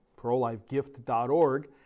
ProLifeGift.org